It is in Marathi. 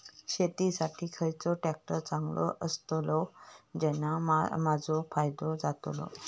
शेती साठी खयचो ट्रॅक्टर चांगलो अस्तलो ज्याने माजो फायदो जातलो?